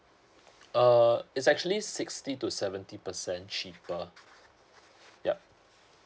uh it's actually sixty to seventy percent cheaper